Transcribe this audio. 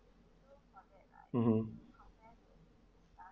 mmhmm